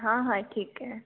हाँ हाँ ठीक है